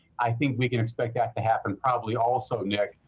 i think we can expect that to happen probably also, nick,